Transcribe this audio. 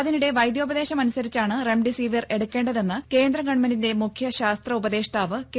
അതിനിടെ വൈദ്യോപദേശമനുസരിച്ചാണ് റെംഡിസിവിർ എടുക്കേണ്ടതെന്ന് കേന്ദ്ര ഗവൺമെന്റിന്റെ മുഖ്യ ശാസ്ത്ര ഉപദേഷ്ടാവ് കെ